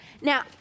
Now